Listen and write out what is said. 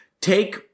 take